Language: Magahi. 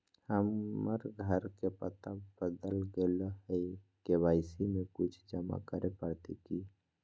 हमर घर के पता बदल गेलई हई, के.वाई.सी में कुछ जमा करे पड़तई की?